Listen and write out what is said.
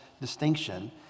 distinction